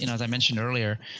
you know as i mentioned earlier.